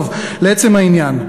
טוב, לעצם העניין.